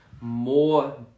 more